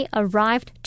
arrived